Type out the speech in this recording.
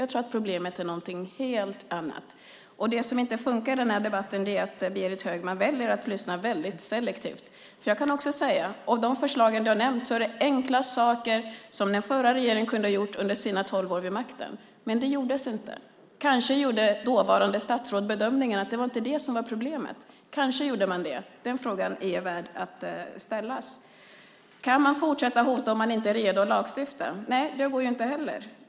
Jag tror att problemet är någonting helt annat. Det som inte fungerar i den här debatten är att Berit Högman väljer att lyssna väldigt selektivt. Av de förslag som du har nämnt är det enkla saker som den förra regeringen kunde ha gjort under sina tolv år vid makten. Men det gjordes inte. Kanske gjorde dåvarande statsråd bedömningen att det inte var det som var problemet. Den frågan är värd att ställa. Kan man fortsätta att hota om man inte är redo att lagstifta? Nej, det går inte heller.